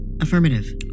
Affirmative